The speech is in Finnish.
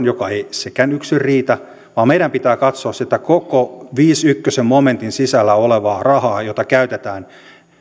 joka ei sekään yksin riitä vaan meidän pitää katsoa sitä koko viidennenkymmenennenensimmäisen momentin sisällä olevaa rahaa jota käytetään